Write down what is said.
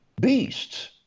beasts